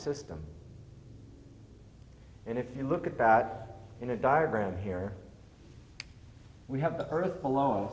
system and if you look at bat in a diagram here we have the earth alone